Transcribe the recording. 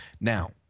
Now